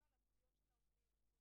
יכול להיות שמדובר במומחים.